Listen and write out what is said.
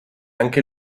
anche